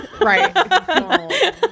right